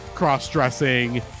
cross-dressing